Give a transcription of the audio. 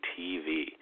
TV